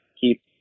keep